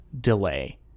delay